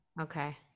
okay